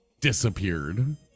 disappeared